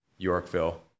Yorkville